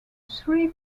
three